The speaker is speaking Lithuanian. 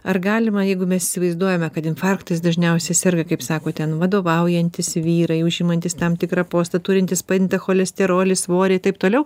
ar galima jeigu mes įsivaizduojame kad infarktais dažniausiai serga kaip sako ten vadovaujantys vyrai užimantys tam tikrą postą turintys padidintą cholesterolį svorį taip toliau